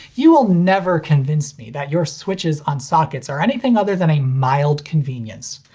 you will never convince me that your switches on sockets are anything other than a mild convenience.